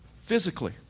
Physically